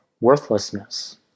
worthlessness